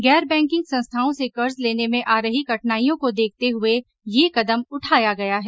गैर बैंकिंग संस्थाओं से कर्ज लेने में आ रही कठिनाइयों को देखते हुए यह कदम उठाया गया है